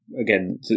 Again